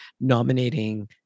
nominating